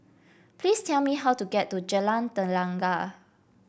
please tell me how to get to Jalan Tenaga